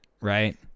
right